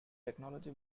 technology